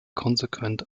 konsequent